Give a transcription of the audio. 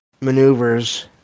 maneuvers